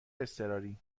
اضطراری